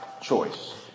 choice